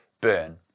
burn